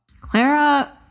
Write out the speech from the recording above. Clara